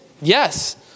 Yes